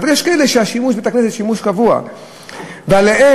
אבל יש